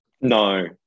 No